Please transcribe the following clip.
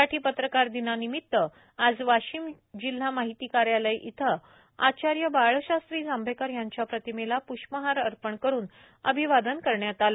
मराठी पत्रकार दिनानिमित्त वाशिम जिल्हा माहिती कार्यालय येथे आचार्य बाळशास्त्री जांभेकर यांच्या प्रतिमेला पृष्पहार अर्पण करून अभिवादन करण्यात आले